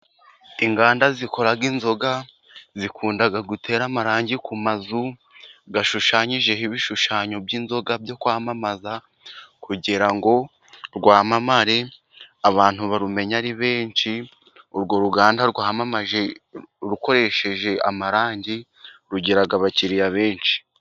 Inganda zikora inzoga zikunda gutera amarangi ku mazu, ashushanyijeho ibishushanyo by'inzoga byo kwamamaza, kugira ngo rwamamare abantu barumenye ari benshi, urwo ruganda rwamamaje rukoresheje amarangi rugira abakiriya benshi.